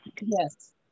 Yes